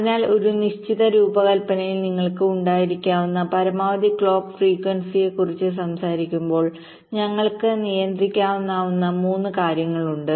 അതിനാൽ ഒരു നിശ്ചിത രൂപകൽപ്പനയിൽ നിങ്ങൾക്ക് ഉണ്ടായിരിക്കാവുന്ന പരമാവധി ക്ലോക്ക് ഫ്രീക്വൻസിയെക്കുറിച്ച് സംസാരിക്കുമ്പോൾ ഞങ്ങൾക്ക് നിയന്ത്രിക്കാനാകുന്ന 3 കാര്യങ്ങളുണ്ട്